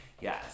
yes